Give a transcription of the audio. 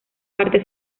parte